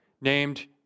named